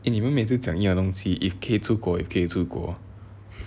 eh 你们每次讲一样的东西 if 可以出国 if 可以出国